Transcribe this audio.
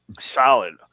solid